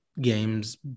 games